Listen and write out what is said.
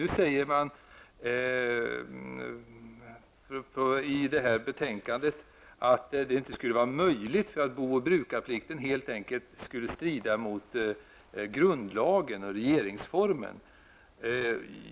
Emellertid sägs det i betänkandet att detta inte skulle vara möjligt. Booch brukarplikten skulle helt enkelt strida mot grundlagen, mot regeringsformen.